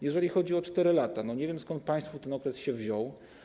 Jeżeli chodzi o 4 lata, to nie wiem, skąd państwu ten okres się wziął.